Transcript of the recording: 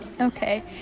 Okay